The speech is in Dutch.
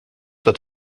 dat